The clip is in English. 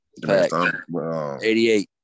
88